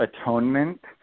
atonement